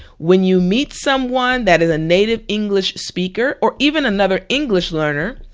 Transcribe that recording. when you meet someone that is a native english speaker or even another english learner,